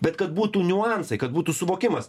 bet kad būtų niuansai kad būtų suvokimas